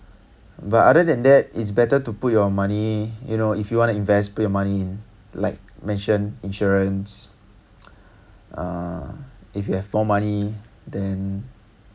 but other than that it's better to put your money you know if you want to invest put your money in like mentioned insurance uh if you have more money then